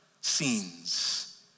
scenes